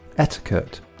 etiquette